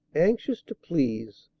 anxious to please,